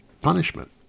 punishment